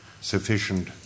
sufficient